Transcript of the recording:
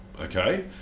Okay